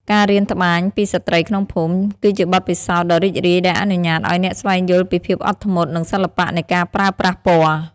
ការរៀនត្បាញពីស្ត្រីក្នុងភូមិ គឺជាបទពិសោធន៍ដ៏រីករាយដែលអនុញ្ញាតឱ្យអ្នកស្វែងយល់ពីភាពអត់ធ្មត់ និងសិល្បៈនៃការប្រើប្រាស់ពណ៌។